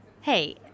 Hey